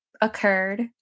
occurred